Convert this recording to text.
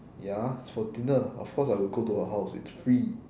ya it's for dinner of course I would go to her house it's free